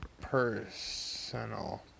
personal